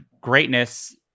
greatness